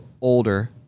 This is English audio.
older